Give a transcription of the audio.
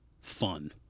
fun